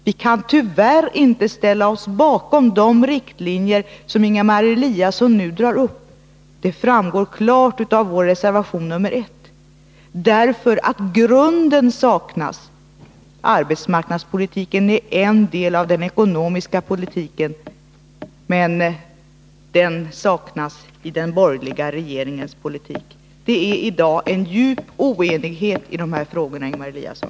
Vi kan tyvärr inte ställa oss bakom de riktlinjer som Ingemar Eliasson nu drar upp. Detta framgår klart av vår reservation 1. Grunden saknas. Arbetsmarknadspolitiken är en del av den ekonomiska politiken, men den saknas i den borgerliga regeringens politik. Det är i dag en djup oenighet i dessa frågor, Ingemar Eliasson.